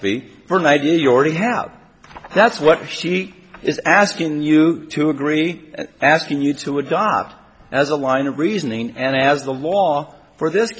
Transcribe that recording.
fee for an idea you already have that's what she is asking you to agree asking you to adopt as a line of reasoning and as the law for this